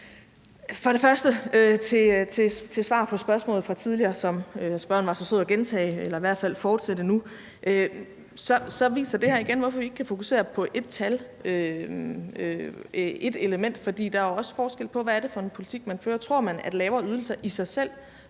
jeg som svar på spørgsmålet fra tidligere, som spørgeren var så sød at gentage eller i hvert fald at fortsætte nu, sige, at det her igen viser, hvorfor vi ikke kan fokusere på ét tal, altså ét element, for der er jo også forskel på, hvad det er for en politik, man fører. Tror man, at lavere ydelser i sig selv